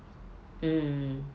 mm